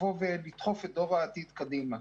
לדחוף את דור העתיד קדימה.